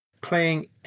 playing